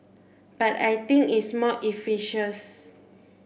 but I think it's more